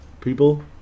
people